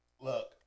look